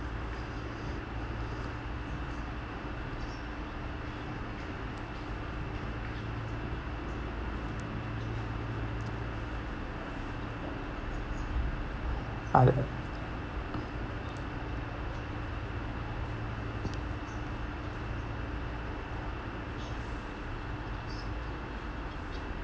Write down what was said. other than